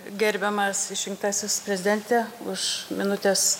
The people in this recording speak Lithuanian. gerbiamas išrinktasis prezidente už minutės